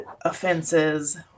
offenses